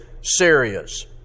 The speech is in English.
serious